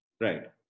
Right